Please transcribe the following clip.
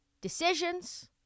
decisions